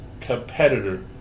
competitor